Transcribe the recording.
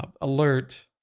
alert